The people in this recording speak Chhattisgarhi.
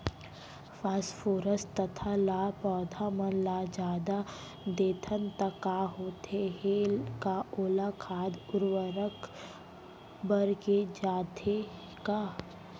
फास्फोरस तथा ल पौधा मन ल जादा देथन त का होथे हे, का ओला खाद उर्वरक बर दे जाथे का?